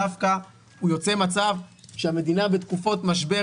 הוא דווקא יוצר מצב שהמדינה בתקופות משבר,